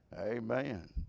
Amen